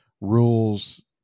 rules